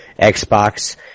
Xbox